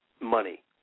money